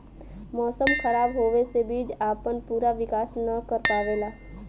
मौसम खराब होवे से बीज आपन पूरा विकास न कर पावेला